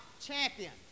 champion